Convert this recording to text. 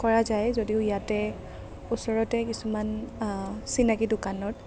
কৰা যায় যদিও ইয়াতে ওচৰতে কিছুমান চিনাকি দোকানত